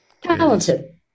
talented